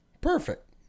Perfect